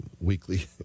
weekly